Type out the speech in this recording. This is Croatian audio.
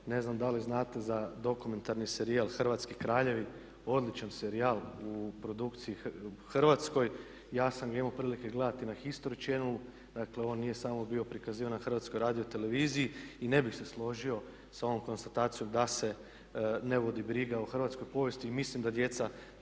Ne znam da li znate za dokumentarni serijal "Hrvatski kraljevi" odličan serijal u produkciji hrvatskoj. Ja sam ga imao prilike gledati na history chanelu, dakle on nije samo bio prikazivan na Hrvatskoj radioteleviziji i ne bih se složio sa ovom konstatacijom da se ne vodi briga o hrvatskoj povijesti. I mislim da djeca